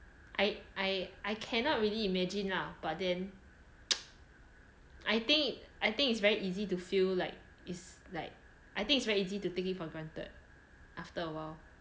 I I I cannot really imagine lah but then I think I think it's very easy to feel like it's like I think it's very easy to take it for granted after awhile